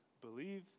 believe